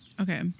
Okay